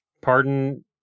Pardon